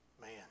man